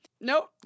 nope